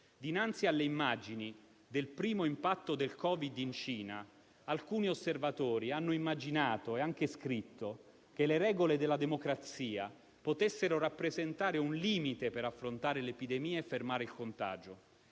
Dinanzi alle immagini del primo impatto del Covid in Cina, alcuni osservatori hanno immaginato e anche scritto che le regole della democrazia potessero rappresentare un limite per affrontare l'epidemia e fermare il contagio